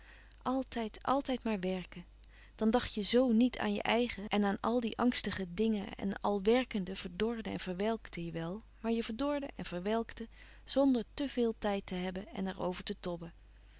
altijd altijd maar werken dan dacht je zoo niet aan je eigen en aan al die angstige dingen en al werkende verdorde en verwelkte je wel maar je verdorde en verwelkte zonder te veel tijd te hebben er over te tobben